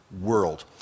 world